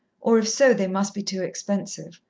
or if so they must be too expensive.